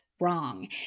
wrong